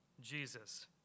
Jesus